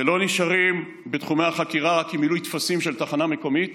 ולא נשארים בתחומי החקירה במילוי טפסים של תחנה מקומית